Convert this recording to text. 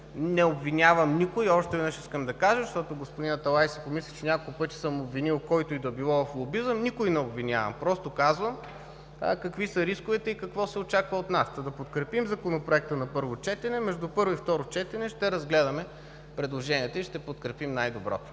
не обвинявам никого. Още веднъж искам да кажа, защото господин Аталай си помисли, че няколко пъти съм обвинил който и да е било в лобизъм – никого не обвинявам! Просто казвам какви са рисковете и какво се очаква от нас. Та да подкрепим Законопроекта на първо четене, а между първо и второ четене ще разгледаме предложенията и ще подкрепим най-доброто.